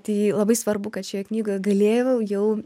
tai labai svarbu kad šioje knygoj galėjau jau